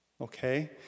Okay